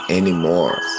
anymore